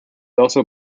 also